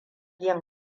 yin